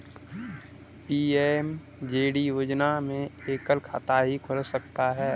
PMJD योजना में एकल खाता ही खोल सकते है